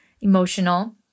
emotional